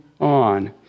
on